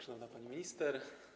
Szanowna Pani Minister!